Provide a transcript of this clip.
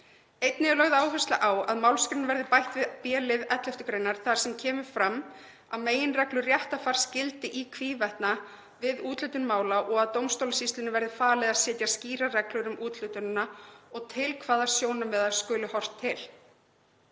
Einnig er lögð áhersla á það að málsgrein verði bætt við b-lið 11. gr. þar sem komi fram að meginreglur réttarfars gildi í hvívetna við úthlutun mála og að dómstólasýslunni verði falið að setja skýrar reglur um úthlutunina og til hvaða sjónarmiða skuli horft til.